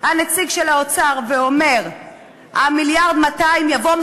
הנציג של האוצר ואומר ש-1.2 המיליארד יבואו